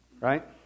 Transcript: Right